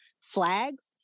flags